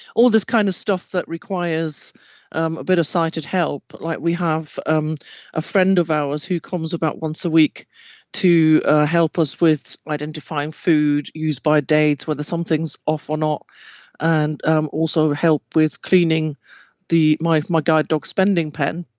all this kind of stuff that requires um a bit of sighted help. like, we have um a friend of ours who comes about once a week to help us with identifying food, use by dates, whether something's off or not and um also help with cleaning the my my guide dog's pen.